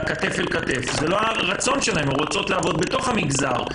כתף אל כתף, הן רוצות לעבוד בתוך המגזר.